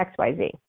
XYZ